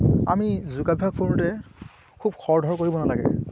আমি যোগাভ্যাস কৰোঁতে খুব খৰ ধৰ কৰিব নালাগে